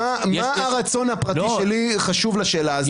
מה הרצון הפרטי שלי חשוב לשאלה הזאת?